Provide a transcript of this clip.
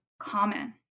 common